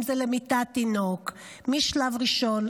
אם זה למיטת תינוק משלב ראשון,